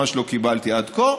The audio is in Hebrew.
מה שלא קיבלתי על כה,